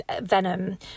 venom